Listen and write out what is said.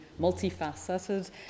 multifaceted